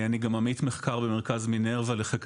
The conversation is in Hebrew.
אני גם עמית מחקר במרכז המין הרווה לחקר